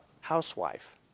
housewife